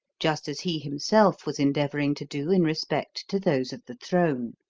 just as he himself was endeavoring to do in respect to those of the throne.